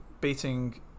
beating